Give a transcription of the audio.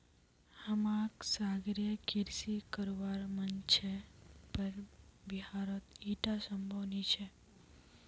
हमाक सागरीय कृषि करवार मन छ पर बिहारत ईटा संभव नी छ